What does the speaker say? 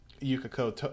yukiko